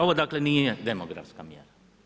Ovo dakle nije demografska mjera.